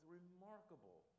remarkable